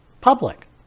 public